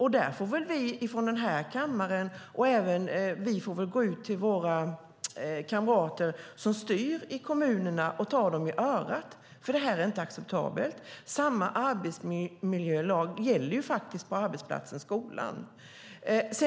Då får vi i denna kammare gå ut till våra kamrater som styr i kommunerna och ta dem i örat eftersom detta inte är acceptabelt. Samma arbetsmiljölag gäller faktiskt på arbetsplatsen skolan.